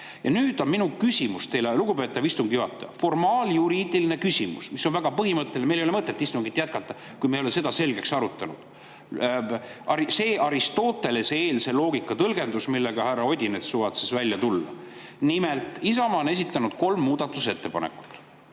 Ja nüüd on mul teile küsimus, lugupeetav istungi juhataja. Formaaljuriidiline küsimus, mis on väga põhimõtteline, meil ei ole mõtet istungit jätkata, kui me ei ole seda selgeks arutanud. See on selle Aristotelese-eelse loogika tõlgenduse kohta, millega härra Odinets suvatses välja tulla. Nimelt, Isamaa on esitanud kolm muudatusettepanekut,